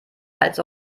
als